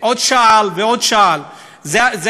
אל תבואו ברמאות ותבקשו סיפוח זוחל,